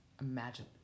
imagine